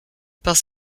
parce